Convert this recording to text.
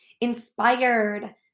inspired